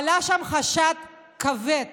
עלה שם חשד כבד